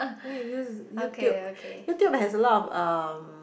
then you use YouTube YouTube has a lot of um